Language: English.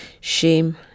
shame